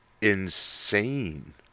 insane